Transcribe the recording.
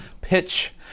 pitch